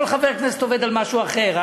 כל חבר כנסת עובד על משהו אחר.